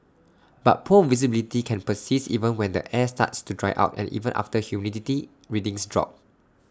but poor visibility can persist even when the air starts to dry out and even after humidity readings drop